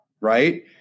right